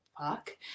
fuck